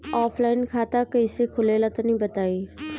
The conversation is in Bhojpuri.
ऑफलाइन खाता कइसे खुलेला तनि बताईं?